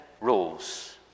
rules